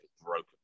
broken